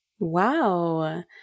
Wow